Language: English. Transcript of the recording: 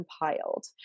compiled